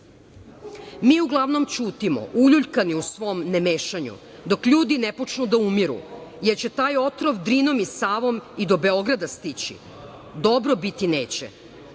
uglavnom ćutimo uljuljkani u svom nemešanju dok ljudi ne počnu da umiru, jer će taj otrov Drinom i Savom i do Beograda stići. Dobro biti